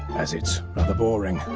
as it's rather boring.